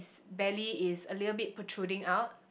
belly is a little bit protruding out